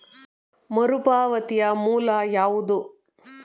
ಮರುಪಾವತಿಯ ಮೂಲ ಯಾವುದು?